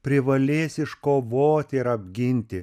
privalės iškovot ir apginti